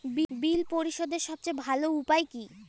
বিল পরিশোধের সবচেয়ে ভালো উপায় কী?